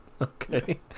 Okay